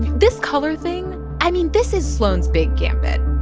this color thing i mean, this is sloan's big gambit.